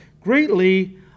greatly